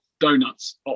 Donuts